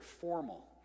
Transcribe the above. formal